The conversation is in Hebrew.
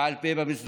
בעל פה במסדרון,